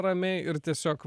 ramiai ir tiesiog